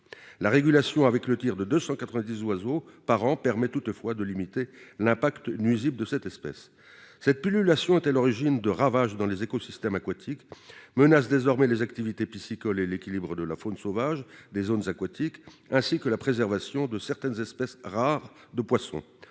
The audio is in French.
La régulation, par le tir de 290 oiseaux par an, permet toutefois de limiter l'impact nuisible de cette espèce. Cette pullulation est à l'origine de ravages dans les écosystèmes aquatiques et menace désormais les activités piscicoles et l'équilibre de la faune sauvage des zones aquatiques ainsi que la préservation de certaines espèces rares de poissons.